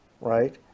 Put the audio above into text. right